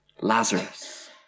Lazarus